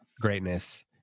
greatness